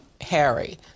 Harry